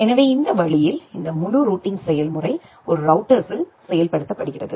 எனவே இந்த வழியில் இந்த முழு ரூட்டிங் செயல்முறை ஒரு ரௌட்டர்ஸில் செயல்படுத்தப்படுகிறது